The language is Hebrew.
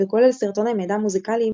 וכולל סרטוני מידע מוזיקליים,